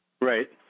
Right